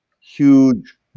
huge